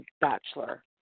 bachelor